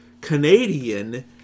Canadian